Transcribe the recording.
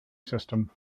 system